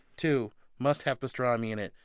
two, must have pastrami in it.